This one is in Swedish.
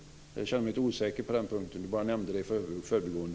Jag känner mig lite osäker på den punkten. Hon nämnde det bara i förbigående.